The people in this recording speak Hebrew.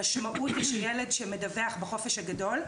המשמעות היא שילד שמדווח בחופש הגדול,